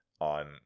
on